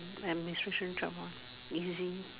administration job lor easy